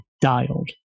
dialed